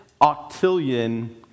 octillion